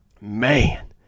Man